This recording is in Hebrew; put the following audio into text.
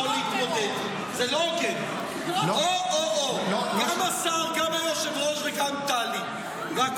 אתה תהיה מועמד לשר המשפטים או ליו"ר הכנסת בסיבוב הבא,